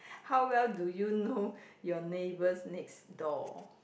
how well do you know your neighbours next door